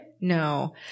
No